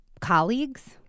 colleagues